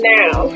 now